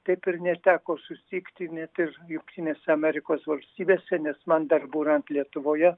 taip ir neteko susitikti net ir jungtinėse amerikos valstybėse nes man dar būnant lietuvoje